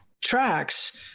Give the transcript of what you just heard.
tracks